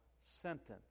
sentence